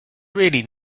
really